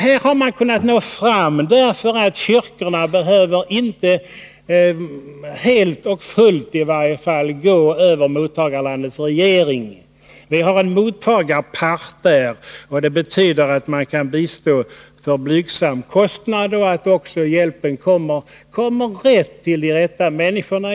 Här har man kunnat nå fram därför att kyrkorna inte behöver gå över mottagarlandets regering, i varje fall inte helt och fullt. Nu har vi en mottagarpart där, och det betyder att man kan bistå till blygsam kostnad. Det betyder också att hjälpen kommer till de rätta människorna.